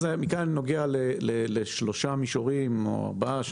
מכאן אני מגיע לשלושה מישורים או ארבעה.